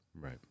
Right